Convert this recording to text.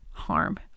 harm